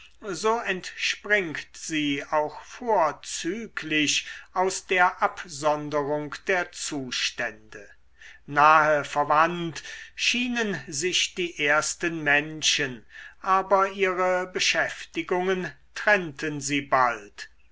so entspringt sie auch vorzüglich aus der absonderung der zustände nahe verwandt schienen sich die ersten menschen aber ihre beschäftigungen trennten sie bald